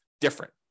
different